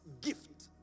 gift